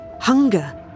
hunger